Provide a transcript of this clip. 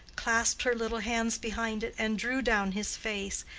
clasped her little hands behind it, and drew down his face,